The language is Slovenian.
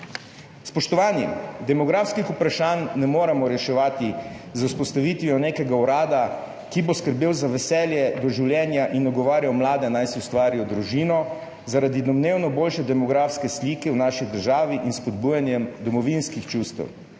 Spoštovani! Demografskih vprašanj ne moremo reševati z vzpostavitvijo nekega urada, ki bo skrbel za veselje do življenja in nagovarjal mlade, naj si ustvarijo družino zaradi domnevno boljše demografske slike v naši državi in s spodbujanjem domovinskih čustev.